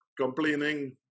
complaining